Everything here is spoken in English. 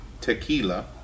tequila